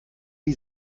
wie